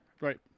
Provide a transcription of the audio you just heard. Right